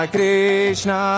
Krishna